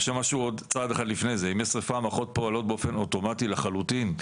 וחשוב להגיד שאם יש שריפה המערכות פועלות באופן אוטומטי לחלוטין,